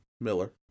Miller